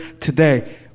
today